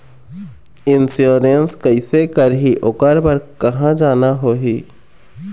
Insurance कैसे करही, ओकर बर कहा जाना होही?